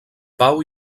pau